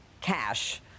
cash